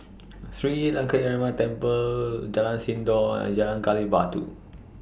Sri Lankaramaya Temple Jalan Sindor and Jalan Gali Batu